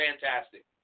fantastic